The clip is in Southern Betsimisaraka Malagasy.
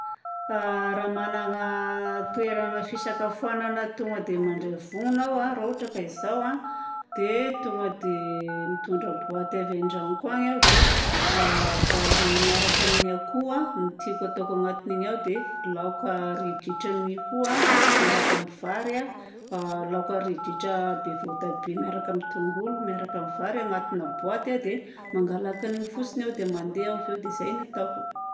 A raha manana toerana fisakafoanana tonga dia mandray vonona aho raha ohatra ka izao a dia tonga dia mitondra boaty avy an-dranoko any aho dia a vary miaraka amin'ny akoho a no tiako atao agnatin'igny ao dia laoka ridritra mia koa miaraka amin'ny vary a, laoka ridritra be voatabia miaraka amin'ny tongolo miaraka amin'ny vary agnatina boaty a dia mangalaka an'iny fotsiny aho dia mandeha aho. Dia izay ataoko!